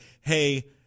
Hey